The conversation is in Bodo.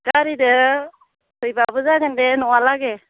गारिदो हैब्लाबो जागोन दे न'आ लागे